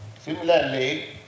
Similarly